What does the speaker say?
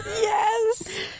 Yes